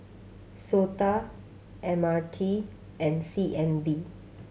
SOTA M R T and C N B